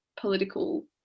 political